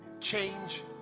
change